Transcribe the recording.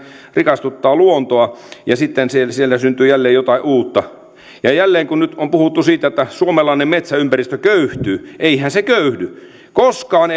rikastuttaa luontoa ja sitten siellä siellä syntyy jälleen jotain uutta kun nyt jälleen on puhuttu siitä että suomalainen metsäympäristö köyhtyy eihän se köyhdy koskaan